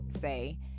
say